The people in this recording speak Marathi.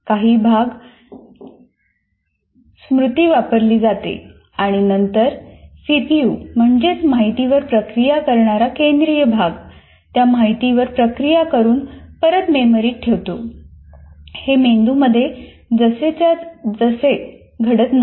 काही भाग स्मृति वापरली जाते आणि नंतर सीपीयू म्हणजे माहितीवर प्रक्रिया करणारा केंद्रीय भाग त्या माहितीवर प्रक्रिया करून परत स्मृतीत ठेवतो हे मेंदूमध्ये जसेच्या तसे घडत नाही